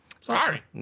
Sorry